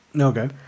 okay